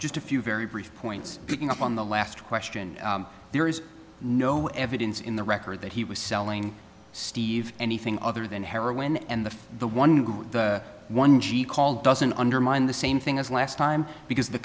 just a few very brief points picking up on the last question there is no evidence in the record that he was selling steve anything other than heroin and the the one group the one g called doesn't undermine the same thing as last time because the